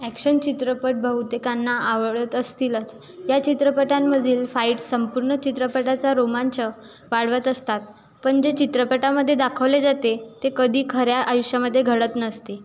action चित्रपट बहुतेकांना आवडत असतीलच या चित्रपटांमधील फाईटस् संपूर्ण चित्रपटाचा रोमांच वाढवत असतात पण जे चित्रपटामध्ये दाखवले जाते ते कधी खऱ्या आयुष्यामध्ये घडत नसते